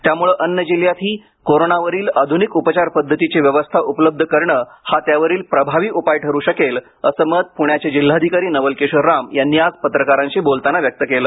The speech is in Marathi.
त्यामुळे अन्य जिल्ह्यातही कोरोनावरील आधुनिक उपचार पद्धतीची व्यवस्था उपलब्ध करणे हा त्यावरील प्रभावी उपाय ठरू शकेल असं मत प्ण्याचे जिल्हाधिकारी नवल किशोर राम यांनी आज पत्रकारांशी बोलताना व्यक्त केलं